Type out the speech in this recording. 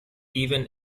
even